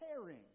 caring